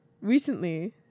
recently